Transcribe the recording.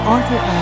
Arthur